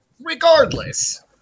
regardless